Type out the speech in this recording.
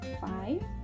five